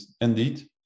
indeed